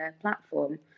platform